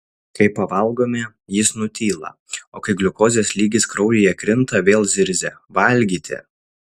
kai pavalgome jis nutyla o kai gliukozės lygis kraujyje krinta vėl zirzia valgyti